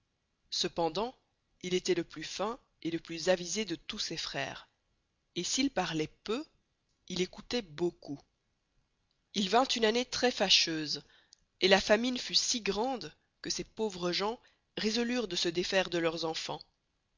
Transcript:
cependant il estoit le plus fin et le plus avisé de tous ses freres et s'il parloit peu il écoûtoit beaucoup il vint une année très fâcheuse et la famine fut si grande que ces pauvres gens resolurent de se deffaire de leurs enfans